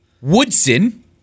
Woodson